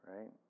right